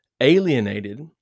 alienated